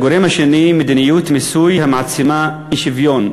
הגורם השני, מדיניות מיסוי המעצימה אי-שוויון.